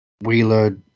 Wheeler